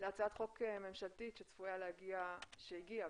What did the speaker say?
להצעת חוק ממשלתית שהגיעה,